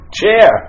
chair